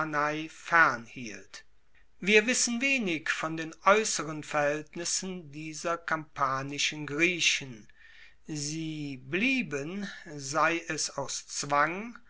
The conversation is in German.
wir wissen wenig von den aeusseren verhaeltnissen dieser kampanischen griechen sie blieben sei es aus zwang